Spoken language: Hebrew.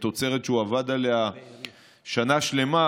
ותוצרת שהוא עבד עליה שנה שלמה,